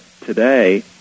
today